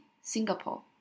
Singapore